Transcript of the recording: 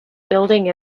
building